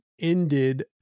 ended